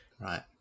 Right